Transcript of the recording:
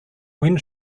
when